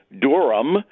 Durham